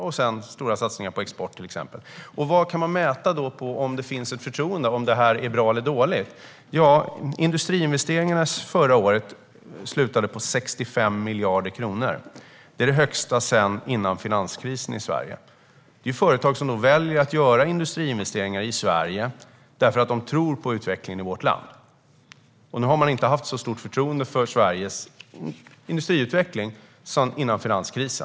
Vi har dessutom stora satsningar på export. Hur kan man mäta om det finns ett förtroende och om detta är bra eller dåligt? Industriinvesteringarna förra året slutade på 65 miljarder kronor. Det är det högsta sedan före finanskrisen i Sverige. Företag väljer att göra industriinvesteringar i Sverige för att de tror på utvecklingen i vårt land. De har inte haft ett lika stort förtroende för Sveriges industriutveckling sedan före finanskrisen.